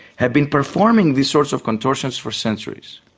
have been performing these sorts of contortions for centuries.